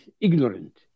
ignorant